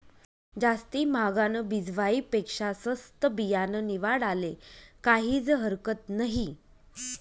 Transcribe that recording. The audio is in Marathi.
जास्ती म्हागानं बिजवाई पेक्शा सस्तं बियानं निवाडाले काहीज हरकत नही